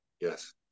Yes